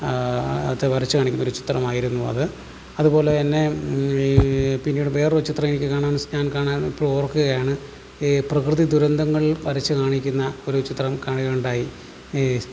അത് വരച്ചു കാണിക്കുന്നൊരു ചിത്രമായിരുന്നു അത് അതുപോലെ എന്നെ പിന്നിട് വേറൊരു ചിത്രം എനിക്ക് കാണാൻ ഞാൻ കാണാൻ ഇപ്പോൾ ഓർക്കുകയാണ് ഈ പ്രകൃതി ദുരന്തങ്ങൾ വരച്ച് കാണിക്കുന്ന ഒരു ചിത്രം കാണുകയുണ്ടായി